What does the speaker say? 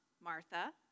Martha